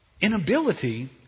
Inability